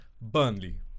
Burnley